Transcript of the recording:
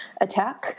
attack